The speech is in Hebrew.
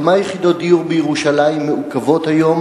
כמה יחידות דיור בירושלים מעוכבות היום